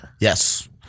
Yes